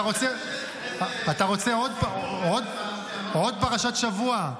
אתה רוצה עוד פרשת שבוע?